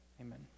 Amen